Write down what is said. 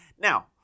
Now